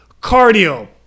cardio